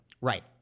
Right